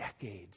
decades